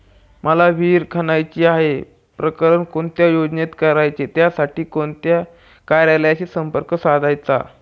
मला विहिर खणायची आहे, प्रकरण कोणत्या योजनेत करायचे त्यासाठी कोणत्या कार्यालयाशी संपर्क साधायचा?